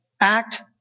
act